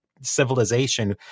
civilization